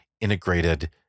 integrated